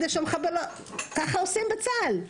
ככה עושים בצה"ל.